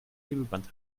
klebeband